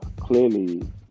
clearly